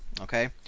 okay